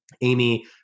Amy